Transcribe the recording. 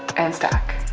and stack